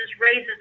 raises